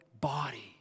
body